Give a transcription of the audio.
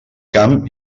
camp